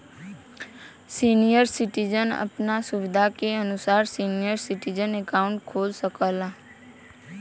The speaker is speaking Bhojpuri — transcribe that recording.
सीनियर सिटीजन आपन सुविधा के अनुसार सीनियर सिटीजन अकाउंट खोल सकला